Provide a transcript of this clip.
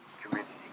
community